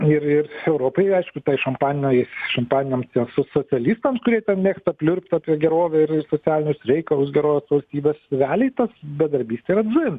ir ir europai aišku tai šampanai šampaniniams tiems so socialistams kurie ten mėgsta pliurpt apie gerovę ir socialinius reikalus gerovės valstybės realiai ta bedarbystė yra dzin